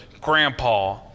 grandpa